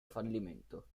fallimento